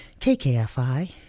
KKFI